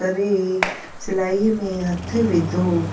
करे सिलाई में हथु विधो